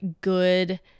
good